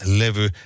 levy